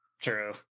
True